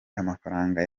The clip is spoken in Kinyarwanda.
amafaranga